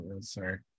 Sorry